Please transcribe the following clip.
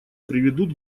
приведут